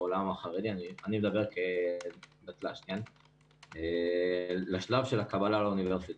העולם החרדי אני מדבר כדתל"ש לשלב הקבלה לאוניברסיטה.